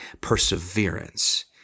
perseverance